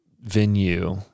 venue